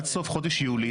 עד סוף חודש יולי,